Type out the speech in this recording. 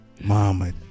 Mama